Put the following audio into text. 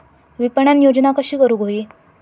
विपणन योजना कशी करुक होई?